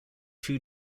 two